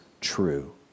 true